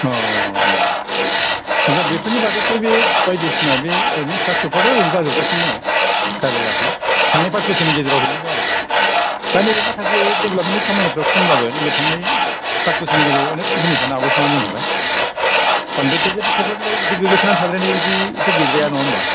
औ औ औ आतसा बेफोरनि बादैथ' बे बायदिसिना बे ओरैनो फिसा फिसौफ्राथ' ओरैनो जाजोबगासिनो दङ गाज्रि जायाखै थांनाय फास बोसोरनि गेजेरावबो आरो दा नैबे माखासे देब्लाबमेन्टनि खामानिफ्रा खमब्लाबो नैबे थांनाय फास बोसोरनि गेजेराव अनेख जिनिसानो आवगायखानानै दङ नालाय बांद्रायथ' बे क'क्राझाराव बिदि गोग्लैसोनानै थाद्रायनाय बिदिथ' गैद्राया नङा होनबा